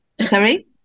Sorry